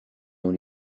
dans